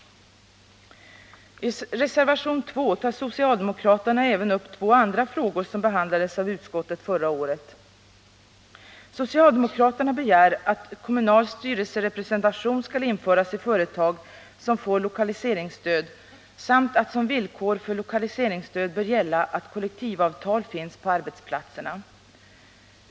I reservation 2 tar socialdemokraterna även upp två andra frågor som behandlades av utskottet förra året. Socialdemokraterna begär att kommunal styrelserepresentation skall införas i företag som får lokaliseringsstöd samt att som villkor för lokaliseringsstöd bör gälla att kollektivavtal finns på arbetsplatserna.